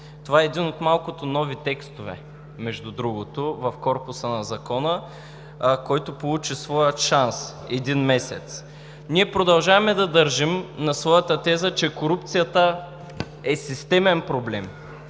Това е един от малкото нови текстове в корпуса на Закона, който получи своя шанс – един месец. Ние продължаваме да държим на своята теза, че корупцията е системен, дълбоко